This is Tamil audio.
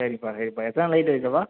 சரிங்ப்பா சரிப்பா எத்தினா லைட் வக்கப்பா